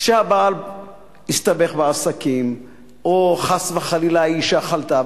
הבעל הסתבך בעסקים או חס וחלילה האשה חלתה,